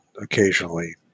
occasionally